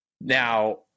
Now